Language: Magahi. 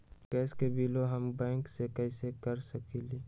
गैस के बिलों हम बैंक से कैसे कर सकली?